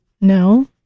No